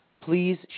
Please